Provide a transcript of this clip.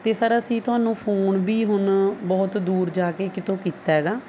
ਅਤੇ ਸਰ ਅਸੀਂ ਤੁਹਾਨੂੰ ਫੋਨ ਵੀ ਹੁਣ ਬਹੁਤ ਦੂਰ ਜਾ ਕੇ ਕਿਤੋਂ ਕੀਤਾ ਹੈਗਾ